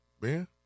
man